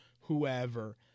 whoever